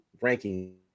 ranking